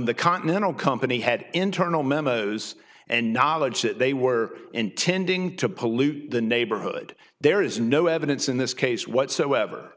the continental company had internal memos and knowledge that they were intending to pollute the neighborhood there is no evidence in this case whatsoever